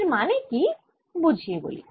এর মানে কি বুঝিয়ে বলি